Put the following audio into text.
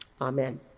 Amen